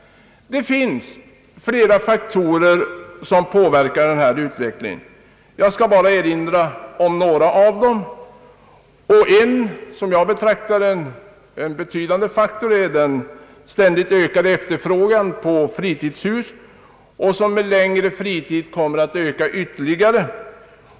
Det finns flera faktorer som påverkar denna utveckling. Jag skall bara erinra om några av dem. En, såsom jag ser det, betydande faktor är den ständigt ökande efterfrågan på fritidshus, en efterfrågan som med längre fritid kommer att öka ytterligare.